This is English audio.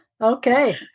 Okay